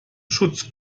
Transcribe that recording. schutz